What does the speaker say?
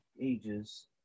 ages